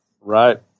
Right